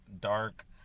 dark